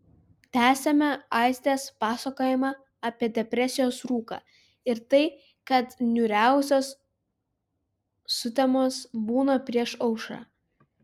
tęsiame aistės pasakojimą apie depresijos rūką ir tai kad niūriausios sutemos būna prieš aušrą